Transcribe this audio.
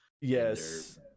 yes